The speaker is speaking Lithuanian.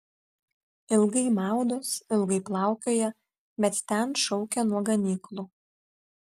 ilgai maudos ilgai plaukioja bet ten šaukia nuo ganyklų